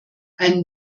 einen